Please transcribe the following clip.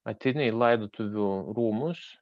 ateini į laidotuvių rūmus